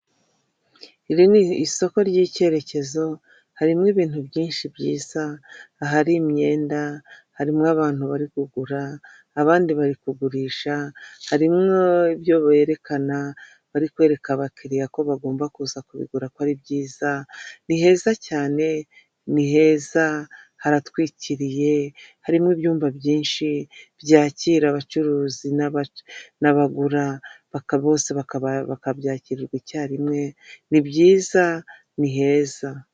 Iri ni isoko ry'icyerekezo harimo ibintu byinshi byiza ahari imyenda harimwo abantu bari kugura abandi bari kugurisha harimo ibyo berekana bari kwereka abakiriya ko bagomba kuza kubigura ko ari byiza ni heza cyane , niheza haratwikiriye harimo ibyumba byinshi byakira abacuruzi n'abagura bose bakakirwa icyarimwe nibyiza niheza .